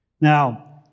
Now